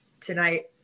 tonight